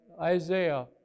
Isaiah